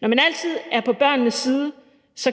Når man altid er på børnenes side,